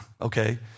Okay